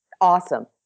awesome